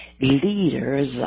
leaders